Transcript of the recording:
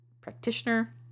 practitioner